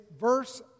verse